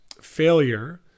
failure